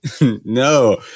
No